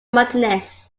martinez